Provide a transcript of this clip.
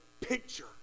picture